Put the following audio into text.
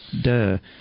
De